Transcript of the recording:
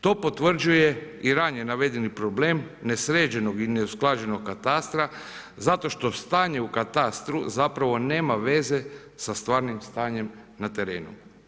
To potvrđuje i ranije navedeni problem nesređenog i neusklađenog katastra zato što stanje u katastru zapravo nema veze sa stvarnim stanjem na terenu.